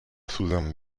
southern